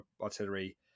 artillery